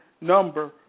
number